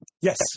Yes